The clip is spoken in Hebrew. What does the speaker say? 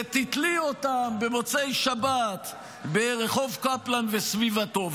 ותיתלי אותן במוצאי שבת ברחוב קפלן וסביבתו,